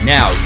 Now